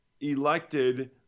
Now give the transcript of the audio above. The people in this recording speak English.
elected